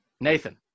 Nathan